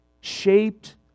Shaped